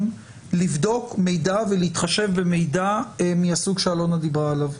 לבדוק מידע ולהתחשב במידע מהסוג שאלונה דיברה עליו.